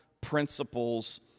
principles